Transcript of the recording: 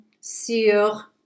sur